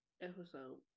episode